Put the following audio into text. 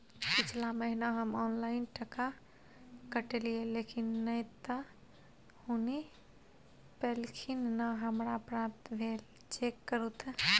पिछला महीना हम ऑनलाइन टका कटैलिये लेकिन नय त हुनी पैलखिन न हमरा प्राप्त भेल, चेक करू त?